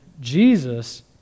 Jesus